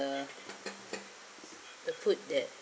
the the food that